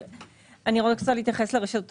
אבל אני רוצה להתייחס לרשתות.